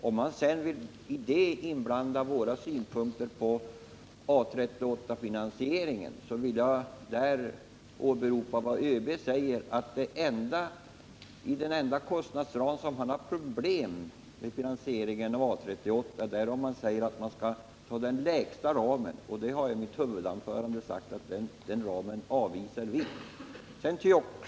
Vill han här blanda in våra synpunkter på A 38-finansieringen, kan jag åberopa ÖB:s uttalande att den enda kostnadsram som medför problem med finansieringen av A 38 är den lägsta ramen. I mitt huvudanförande har jag sagt att vi avvisar den ramen.